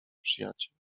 przyjaciel